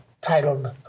titled